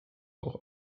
auch